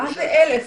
מה זה 1,000?